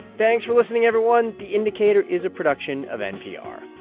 thanks for listening, everyone the indicator is a production of npr